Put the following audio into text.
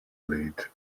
led